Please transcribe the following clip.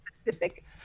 specific